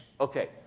Okay